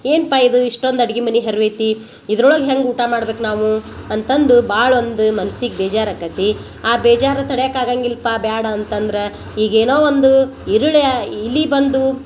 ಏನ್ಪ ಇದು ಇಷ್ಟೊಂದು ಅಡ್ಗಿ ಮನೆ ಹರ್ವೈತಿ ಇದ್ರೊಳಗೆ ಹೆಂಗೆ ಊಟ ಮಾಡ್ಬೇಕು ನಾವು ಅಂತ ಅಂದು ಭಾಳ ಒಂದು ಮನ್ಸಿಗೆ ಬೇಜಾರು ಆಕತ್ತಿ ಆ ಬೇಜಾರ ತಡೆಯಕಾಗಂಗಿಲ್ಪಾ ಬ್ಯಾಡ ಅಂತ ಅಂದ್ರೆ ಈಗ ಏನೋ ಒಂದು ಇರುಳ್ಯ ಇಲಿ ಬಂದು